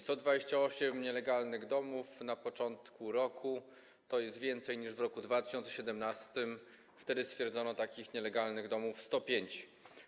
128 nielegalnych domów na początku roku to jest więcej niż w roku 2017, wtedy stwierdzono takich nielegalnych domów 105.